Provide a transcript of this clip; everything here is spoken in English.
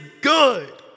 good